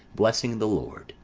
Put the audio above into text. blessing the lord